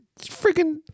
freaking